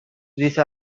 these